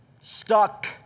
stuck